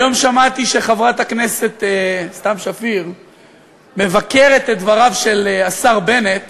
היום שמעתי שחברת הכנסת סתיו שפיר מבקרת את דבריו של השר בנט